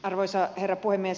arvoisa herra puhemies